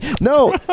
No